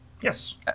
Yes